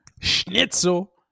schnitzel